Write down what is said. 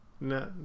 No